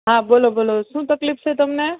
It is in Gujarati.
હાં બોલો બોલો શું તકલીફ છે તમને